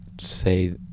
say